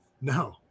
No